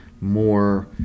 more